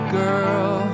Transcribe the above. girl